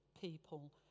people